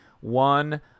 One